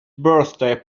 birthday